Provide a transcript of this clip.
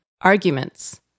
arguments